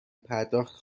پرداخت